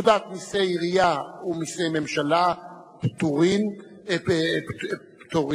פקודת מסי העירייה ומסי הממשלה (פטורין) (פטור